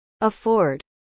afford